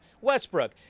Westbrook